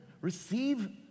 Receive